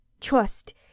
trust